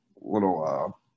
little